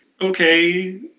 Okay